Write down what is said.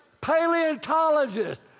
Paleontologist